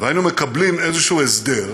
והיינו מקבלים איזשהו הסדר,